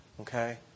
Okay